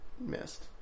missed